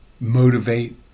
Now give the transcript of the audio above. motivate